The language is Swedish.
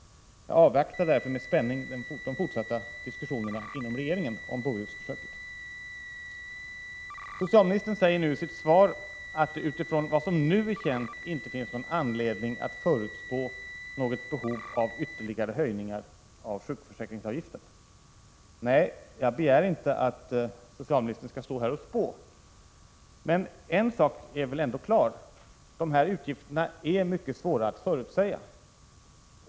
Jag avvaktar därför med spänning de fortsatta diskussionerna inom regeringen om Bohusförsöket. Socialministern säger i sitt svar att det utifrån vad som nu är känt inte finns någon anledning att förutspå något behov av ytterligare höjningar av sjukförsäkringsavgiften. Nej, jag begär inte att socialministern skall stå här och spå. Men en sak är väl ändå klar, nämligen att dessa utgifter är mycket svåra att förutsäga.